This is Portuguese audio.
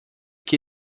que